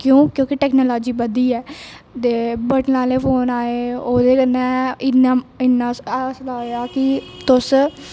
क्यो क्योंकि टैक्नोलाॅजी बधी ऐ दे बटन आहले फोन आए ओहदे कन्ने इन्ना होआ कि तुस